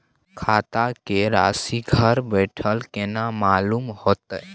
खाता के राशि घर बेठल केना मालूम होते?